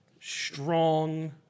strong